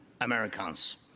Americans